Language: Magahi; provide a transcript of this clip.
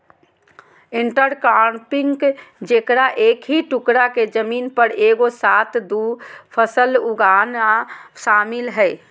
इंटरक्रॉपिंग जेकरा एक ही टुकडा के जमीन पर एगो साथ दु फसल उगाना शामिल हइ